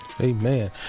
Amen